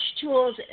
tools